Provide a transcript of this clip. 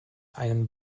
einen